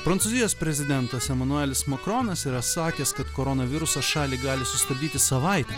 prancūzijos prezidentas emanuelis makronas yra sakęs kad koronavirusas šalį gali sustabdyti savaitę